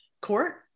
Court